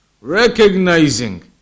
Recognizing